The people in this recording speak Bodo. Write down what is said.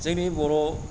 जोंनि बर'